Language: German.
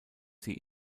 sie